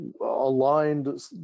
aligned